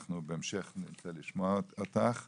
אנחנו נרצה לשמוע אותך בהמשך.